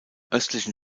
östlichen